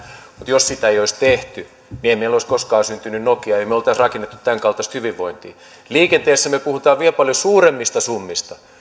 mutta jos sitä ei olisi tehty niin ei meillä olisi koskaan syntynyt nokiaa emme olisi rakentaneet tämänkaltaista hyvinvointia liikenteessä me puhumme vielä paljon suuremmista summista